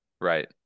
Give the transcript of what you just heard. Right